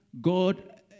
God